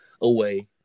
away